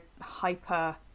hyper